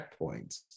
checkpoints